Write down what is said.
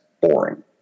boring